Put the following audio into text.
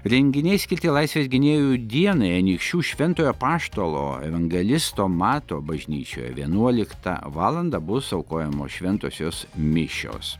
renginiai skirti laisvės gynėjų dienai anykščių šventojo apaštalo evangelisto mato bažnyčioje vienuoliktą valandą bus aukojamos šventosios mišios